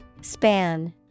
Span